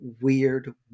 weird